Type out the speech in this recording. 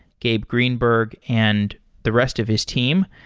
gabe greenberg, and the rest of his team.